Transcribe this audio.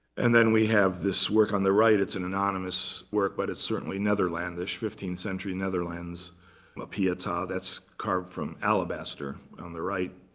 and then we have this work on the right. it's an anonymous work, but it's certainly netherlandish, fifteenth century netherlands a pieta that's carved from alabaster on the right.